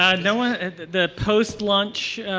ah you know and the post lunch